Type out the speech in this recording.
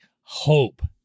hope